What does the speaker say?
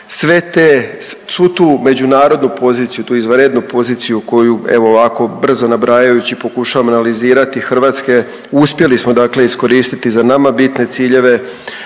zoni. Svu tu međunarodnu poziciju, tu izvanrednu poziciju koju evo ovako brzo nabrajajući pokušavam analizirati hrvatske, uspjeli smo dakle iskoristiti za nama bitne ciljeve.